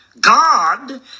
God